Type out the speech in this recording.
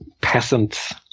peasants